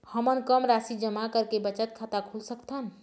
हमन कम राशि जमा करके बचत खाता खोल सकथन?